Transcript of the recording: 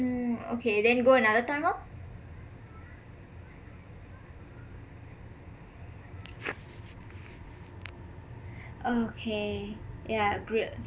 oh okay then go another time lor okay yah